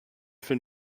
von